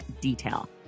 detail